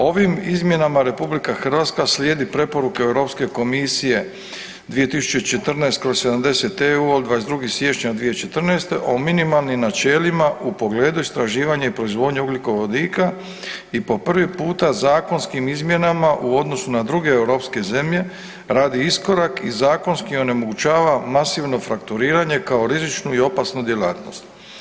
Ovim izmjenama RH slijedi preporuke Europske komisije 2014./70EU od 22. siječnja 2014. o minimalnim načelnima u pogledu istraživanja i proizvodnje ugljikovodika i po prvi puta zakonskim izmjenama u odnosu na druge europske zemlje radi iskorak i zakonski onemogućava masivno frakturiranje kao rizičnu i opasnu djelatnost.